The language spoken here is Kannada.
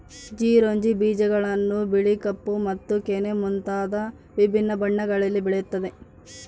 ಚಿರೊಂಜಿ ಬೀಜಗಳನ್ನು ಬಿಳಿ ಕಪ್ಪು ಮತ್ತು ಕೆನೆ ಮುಂತಾದ ವಿಭಿನ್ನ ಬಣ್ಣಗಳಲ್ಲಿ ಬೆಳೆಯುತ್ತವೆ